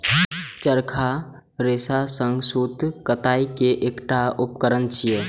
चरखा रेशा सं सूत कताइ के एकटा उपकरण छियै